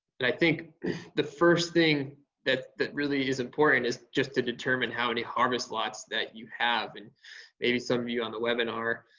and i think the first thing that that really is important is just to determine how many harvest lots that you have and maybe some of you on the webinar,